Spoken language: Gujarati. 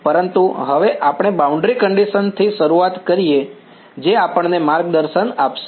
પરંતુ હવે આપણે બ્રાઉન્ડ્રી કંડીશન થી શરૂઆત કરીએ જે આપણને માર્ગદર્શન આપશે